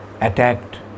attacked